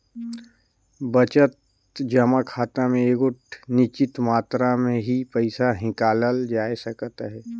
बचत जमा खाता में एगोट निच्चित मातरा में ही पइसा हिंकालल जाए सकत अहे